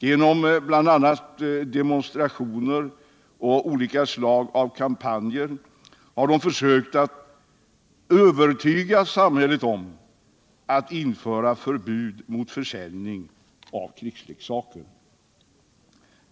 Genom bl.a. demonstrationer och kampanjer av olika slag har de försökt övertyga samhället om att förbud bör införas mot försäljningen av krigsleksaker.